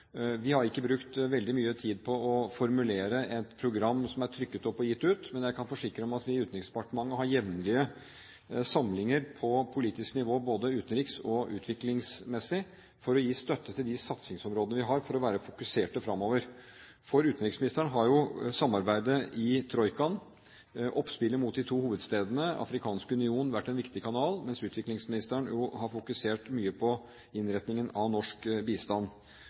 har ikke brukt veldig mye tid på å formulere et program som er trykket opp og gitt ut, men jeg kan forsikre om at vi i Utenriksdepartementet har jevnlige samlinger på politisk nivå, både utenriks- og utviklingsmessig, for å gi støtte til de satsingsområdene vi har, og for å være fokuserte framover. For utenriksministeren har jo samarbeidet i troikaen, oppspillet mot de to hovedstedene, Den afrikanske union, vært en viktig kanal, mens utviklingsministeren jo har fokusert mye på innretningen av norsk bistand.